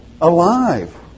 alive